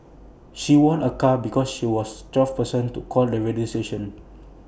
she won A car because she was twelfth person to call the radio station